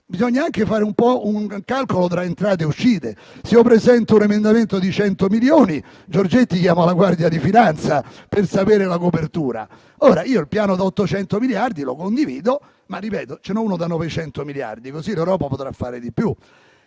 bisogna anche fare un calcolo tra entrate e uscite. Se io presento un emendamento da 100 milioni, il ministro Giorgetti chiama la Guardia di finanza per sapere la copertura. Io condivido il piano da 800 miliardi, ma ripeto che ne ho uno da 900 miliardi, così l'Europa potrà fare di più.